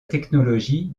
technologie